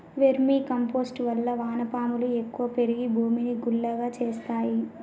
vermi compost వల్ల వాన పాములు ఎక్కువ పెరిగి భూమిని గుల్లగా చేస్తాయి